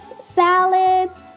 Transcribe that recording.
salads